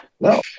no